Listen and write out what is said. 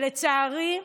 לצערי,